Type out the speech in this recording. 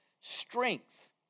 strength